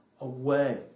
away